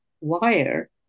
wire